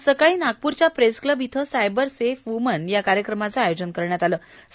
आज सकाळी नागपूरव्या प्रेस क्लब इथं सायबर सेफ वुमन या कार्यक्रमाचं आयोजन करण्यात आलं होतं